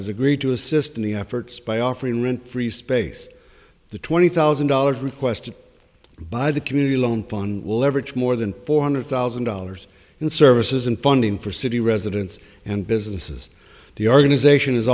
has agreed to assist in the efforts by offering rent free space the twenty thousand dollars requested by the community loan fund will leverage more than four hundred thousand dollars in services and funding for city residents and businesses the organization is